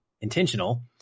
intentional